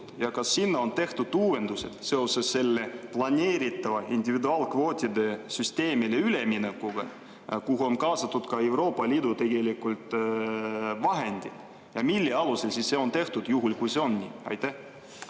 ja kas sinna on tehtud uuendused seoses planeeritava individuaalkvootide süsteemile üleminekuga, kuhu on kaasatud ka Euroopa Liidu vahendid? Ja mille alusel see on tehtud, juhul kui see on nii? Palun,